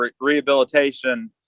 rehabilitation